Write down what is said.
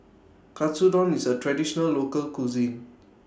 Katsudon IS A Traditional Local Cuisine